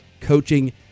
coaching